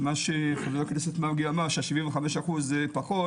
מה שחבר הכנסת מרגי אמר שה-75% זה פחות,